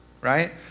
right